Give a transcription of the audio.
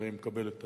הרי היא מקבלת את